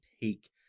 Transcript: take